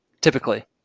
typically